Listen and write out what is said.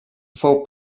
fou